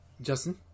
Justin